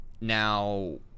Now